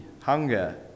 hunger